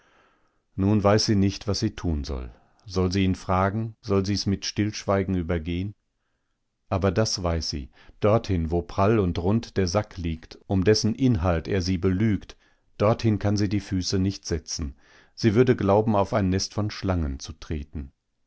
nun weiß sie nicht was sie tun soll soll sie ihn fragen soll sie's mit stillschweigen übergehen aber das weiß sie dorthin wo prall und rund der sack liegt um dessen inhalt er sie belügt dorthin kann sie die füße nicht setzen sie würde glauben auf ein nest von schlangen zu treten